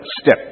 step